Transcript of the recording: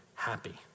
happy